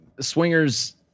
swingers